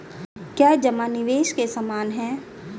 क्या जमा निवेश के समान है?